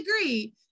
agree